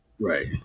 Right